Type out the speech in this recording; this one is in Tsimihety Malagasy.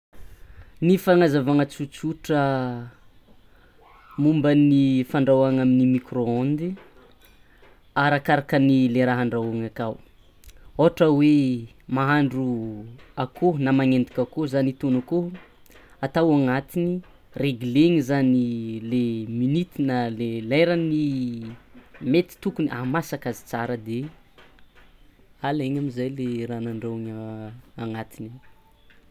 Ny fanazavana tsotsotra momba ny fandrahoana amin'ny micro ondy arakarakany le raha andrahoina akao, ôhatra hoe mahandro akoho na magnendiky akoho na hitogno akoho atao agnatiny regleny zany le minity na le lerany lety tokony ahamasaka azy tsara de alegna amizay le raha nandrahoana agnatiny tao.